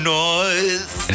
noise